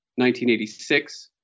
1986